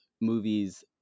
movies